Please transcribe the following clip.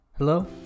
Hello